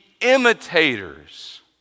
imitators